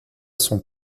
son